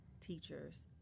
teachers